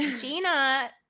Gina